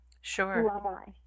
Sure